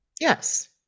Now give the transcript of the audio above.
Yes